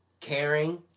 caring